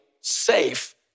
safe